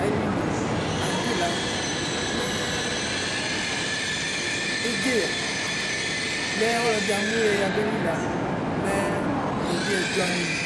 ayilie lanʋ adui la mɛ edʒeyɛ mɛ ɔlɔdɩ amʋ yɛ ɛyabeli la mɛ yɛbɩ ɛdʋ alʋ lɩ.